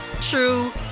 true